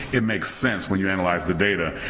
it makes sense when you analyze the data,